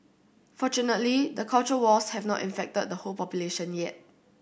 fortunately the culture wars have not infected the whole population yet